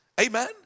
Amen